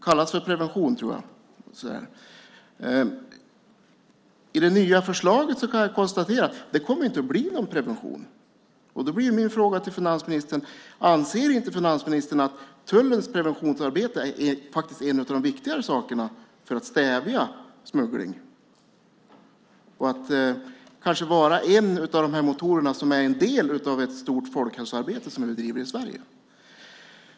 Jag tror att det kallas för prevention. Jag kan konstatera att det inte kommer att bli någon prevention i det nya förslaget. Då blir min fråga till finansministern: Anser inte finansministern att tullens preventionsarbete är en av de viktigare sakerna för att stävja smuggling? Det skulle innebära att man kan vara en del av det stora folkhälsoarbete som vi bedriver i Sverige.